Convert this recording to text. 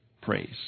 praise